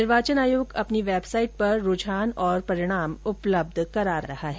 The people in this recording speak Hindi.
निर्वाचन आयोग अपनी वेबसाइट पर रूझान और परिणाम उपलब्ध करा रहा है